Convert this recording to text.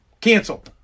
cancel